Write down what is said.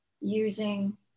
using